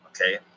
okay